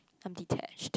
I am detached